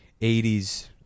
80s